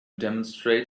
demonstrate